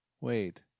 Wait